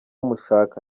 mushaka